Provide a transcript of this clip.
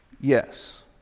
Yes